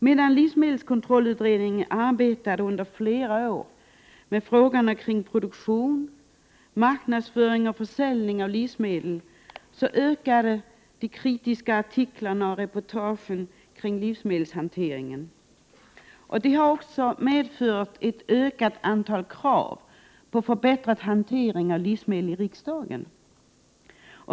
Medan livsmedelskontrollutredningen under flera år arbetade med frågorna kring produktion, marknadsföring och försäljning, ökade de kritiska artiklarna och reportagen kring livsmedelshanteringen. Detta har också medfört ett ökat antal krav i riksdagen på förbättrad hantering av livsmedel.